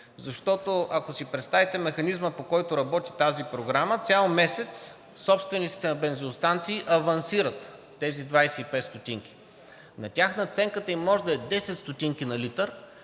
парите, защото представете си механизма, по който работи тази програма – цял месец собствениците на бензиностанции авансират тези 25 стотинки. На тях надценката им може да е 10 стотинки на литър,